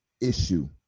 issue